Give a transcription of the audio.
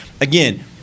again